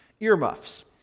earmuffs